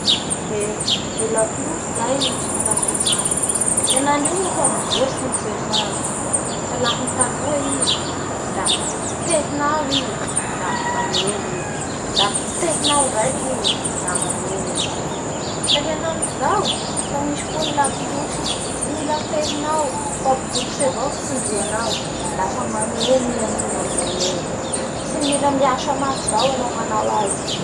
Eee! Ny lakolosy zay misy karzany maro henanay io moa fa mivoatsy ny toetrandro fa laha ny taloha i, la pehinao i la maneno i zay, la pehinao ndraiky i; la maneno i zay, fa henaniçky zao fa misy koa ny akoklosy tsy mila pehinao fa bokotsy avao tsindrianao afa mangeno i amin'nigny ngambony egny, tsy mila miasa mafy zao anao manao azy.